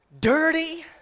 dirty